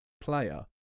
player